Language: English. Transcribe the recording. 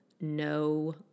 No